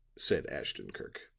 said ashton-kirk.